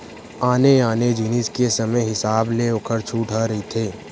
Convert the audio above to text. आने आने जिनिस के समे हिसाब ले ओखर छूट ह रहिथे